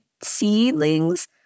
seedlings